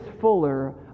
Fuller